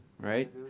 right